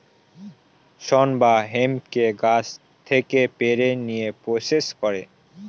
শন বা হেম্পকে গাছ থেকে পেড়ে নিয়ে প্রসেস করে